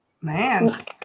man